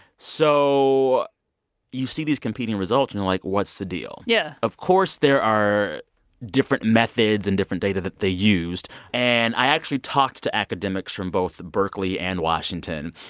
so you see these competing results, and you're like, what's the deal? yeah of course, there are different methods and different data that they used. and i actually talked to academics from both berkeley and washington.